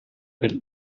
built